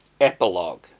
Epilogue